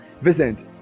Visit